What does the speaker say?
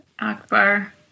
Akbar